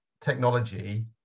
technology